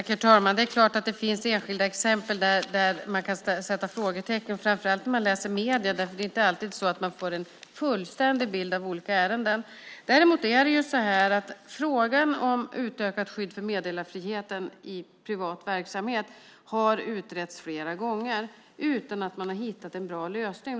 Herr talman! Det är klart att det finns enskilda exempel där man kan sätta frågetecken, framför allt när man läser i medierna därför att det inte alltid är så att man då får en fullständig bild av olika ärenden. Frågan om utökat skydd för meddelarfriheten i privat verksamhet har utretts flera gånger utan att man har hittat en bra lösning.